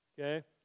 Okay